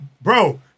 Bro